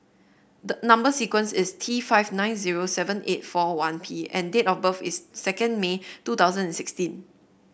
the number sequence is T five nine zero seven eight four one P and date of birth is second May two thousand and sixteen